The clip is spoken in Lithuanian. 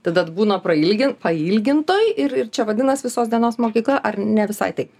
tada atbūna prailgint pailgintoj ir ir čia vadinas visos dienos mokykla ar ne visai taip